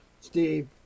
Steve